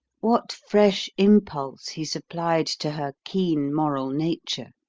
what fresh impulse he supplied to her keen moral nature!